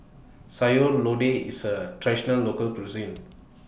Sayur Lodeh IS A Traditional Local Cuisine